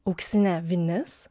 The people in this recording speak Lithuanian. auksinė vinis